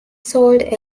sold